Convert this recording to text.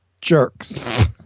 jerks